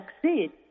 succeed